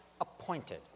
appointed